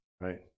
right